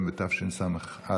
בתשס"א,